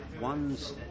One's